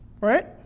right